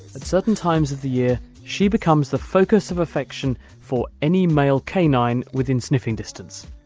at certain times of the year she becomes the focus of affection for any male canine within sniffing distance.